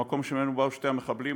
המקום שממנו באו שני המחבלים.